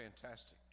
fantastic